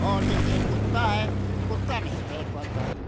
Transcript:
और जैसे कुत्ता है कुत्ता नहीं तैर पाता है